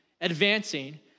advancing